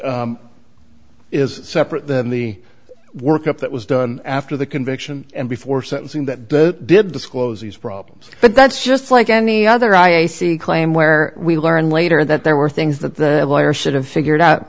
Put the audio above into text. e is separate from the work up that was done after the conviction and before sentencing that did disclose these problems but that's just like any other i a c claim where we learned later that there were things that the lawyers should have figured out